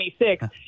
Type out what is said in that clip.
26